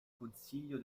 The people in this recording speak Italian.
consiglio